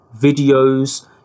videos